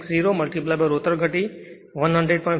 160 rotor ગતિ 100